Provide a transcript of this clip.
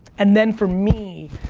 and then, for me,